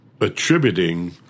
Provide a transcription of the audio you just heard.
attributing